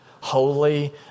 holy